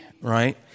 right